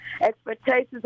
expectations